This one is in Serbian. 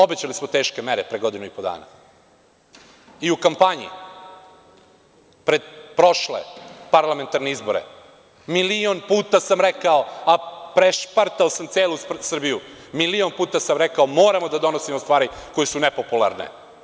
Obećali smo teške mere pre godinu i po dana, i u kampanji pred prošle parlamentarne izbore, milion puta sam rekao, a prešpartao sam celu Srbiju, milion puta sam rekao – moramo da donosimo stvari koje su nepopularne.